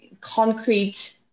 concrete